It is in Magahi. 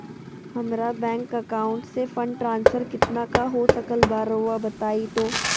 हमरा बैंक अकाउंट से फंड ट्रांसफर कितना का हो सकल बा रुआ बताई तो?